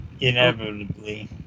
Inevitably